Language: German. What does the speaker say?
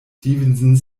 stevenson